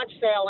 sale